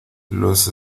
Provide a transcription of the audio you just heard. los